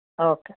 okay